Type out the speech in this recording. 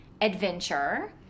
adventure